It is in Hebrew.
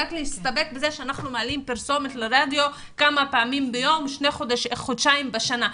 רק להסתפק בזה שאנחנו מעלים פרסומת לרדיו כמה פעמים ביום חודשיים בשנה.